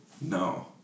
No